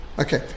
Okay